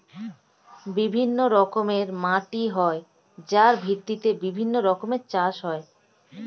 বিভিন্ন রকমের মাটি হয় যার ভিত্তিতে বিভিন্ন রকমের চাষ হয়